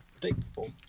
predictable